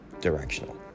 directional